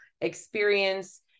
experience